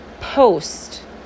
post